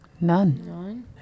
none